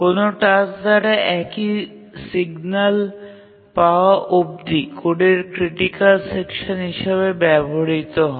কোনও টাস্ক দ্বারা একই সিগন্যাল পাওয়া অবধি কোডের ক্রিটিকাল সেকশান হিসাবে ব্যবহৃত হয়